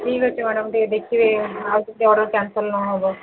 ଠିକ୍ ଅଛି ମ୍ୟାଡମ୍ ଟିକେ ଦେଖିବେ ଆଉ ଯଦି ଅର୍ଡର୍ କ୍ୟାନସଲ୍ ନହେବ